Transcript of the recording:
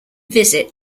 visit